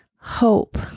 Hope